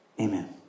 Amen